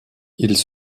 ils